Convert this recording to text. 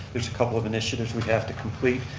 there's a couple of initiatives we have to complete.